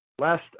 Last